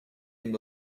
him